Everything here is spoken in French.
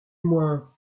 moins